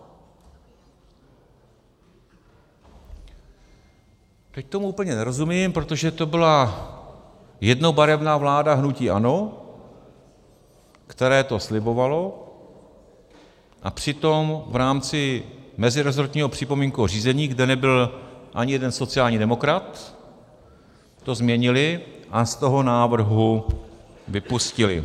Teď tomu úplně nerozumím, protože to byla jednobarevná vláda hnutí ANO, které to slibovalo, a přitom v rámci mezirezortního připomínkového řízení, kde nebyl ani jeden sociální demokrat, to změnili a z toho návrhu vypustili.